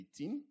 18